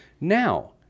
Now